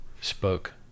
spoke